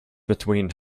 between